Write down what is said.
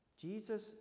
Jesus